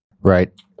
Right